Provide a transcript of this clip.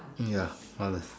ya